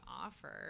offer